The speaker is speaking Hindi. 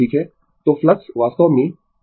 तो फ्लक्स वास्तव में यह N पोल और S पोल है